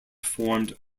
formed